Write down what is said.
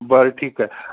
बरं ठीक आहे